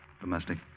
Domestic